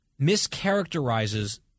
mischaracterizes